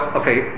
okay